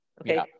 Okay